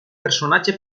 personatge